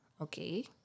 okay